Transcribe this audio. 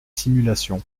simulations